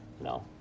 No